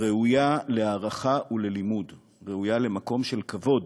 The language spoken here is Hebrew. ראויה להערכה וללימוד, ראויה למקום של כבוד